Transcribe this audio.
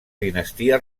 dinastia